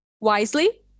wisely